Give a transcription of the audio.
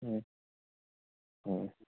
ꯎꯝ ꯎꯝ